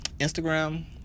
Instagram